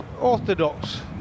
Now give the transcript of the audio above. orthodox